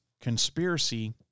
conspiracy